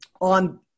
on